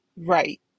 right